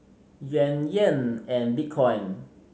Yuan Yen and Bitcoin